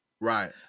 Right